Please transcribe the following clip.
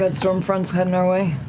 but storm front's heading our way?